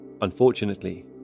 Unfortunately